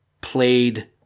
played